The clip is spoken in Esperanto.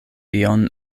ion